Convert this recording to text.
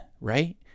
right